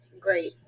Great